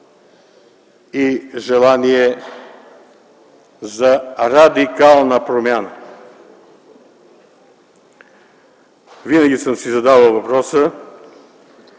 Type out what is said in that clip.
и желание за радикална промяна? Винаги съм си задавал въпроса